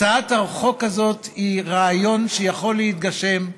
הצעת החוק הזאת היא רעיון שיכול להתגשם.